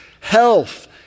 health